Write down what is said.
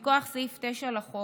מכוח סעיף 9 לחוק,